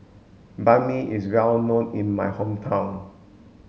Banh Mi is well known in my hometown